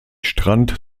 strand